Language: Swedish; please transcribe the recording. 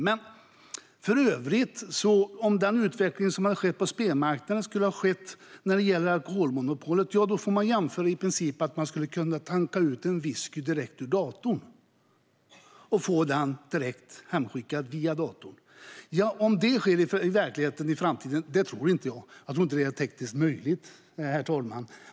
Men om den utveckling som skett på spelmarknaden skulle ha skett när det gäller alkoholmonopolet skulle man i princip kunna tanka en whisky direkt ur datorn, alltså få den direkt hem via datorn. Att det sker i verkligheten i framtiden tror inte jag. Jag tror inte att det är tekniskt möjligt, herr talman.